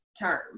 term